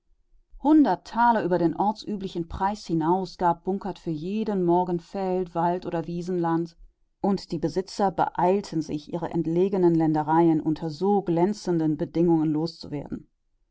über den ortsüblichen preis hinaus gab bunkert für jeden morgen feld wald oder wiesenland und die besitzer beeilten sich ihre entlegenen ländereien unter so glänzenden